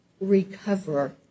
recover